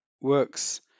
works